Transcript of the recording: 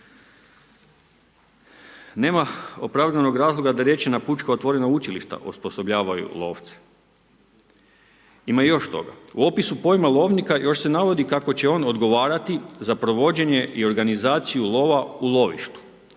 Nema opravdanog razloga, da rečena pučka otovrena učilišta osposobljavanja lovce. Imaj još toga. U opisu pojma lovnika još se navodi kako će on odgovarati za provođenje i organizaciju lova u lovištu,